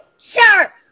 Sure